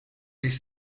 des